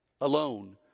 alone